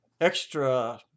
extra